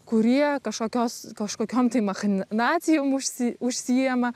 kurie kažkokios kažkokiom tai machinacijom užsi užsiima